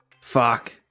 Fuck